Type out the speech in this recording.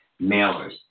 Mailers